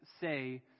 say